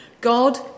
God